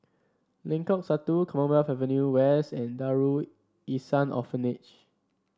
Lengkong Satu Commonwealth Avenue West and Darul Ihsan Orphanage